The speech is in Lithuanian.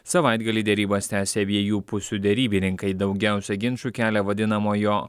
savaitgalį derybas tęsia abiejų pusių derybininkai daugiausiai ginčų kelia vadinamojo